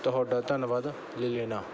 ਤੁਹਾਡਾ ਧੰਨਵਾਦ ਲੇਲੀਨਾ